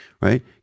right